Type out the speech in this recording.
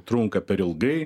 trunka per ilgai